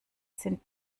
sind